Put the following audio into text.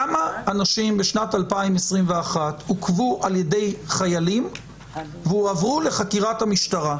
כמה אנשים בשנת 2021 עוכבו על ידי חיילים והועברו לחקירת המשטרה?